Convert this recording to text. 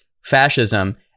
fascism